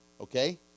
okay